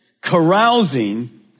carousing